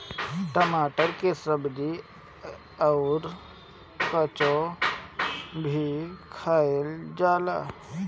टमाटर के सब्जी अउर काचो भी खाएला जाला